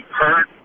hurt